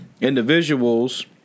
individuals